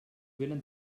vénen